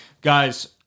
Guys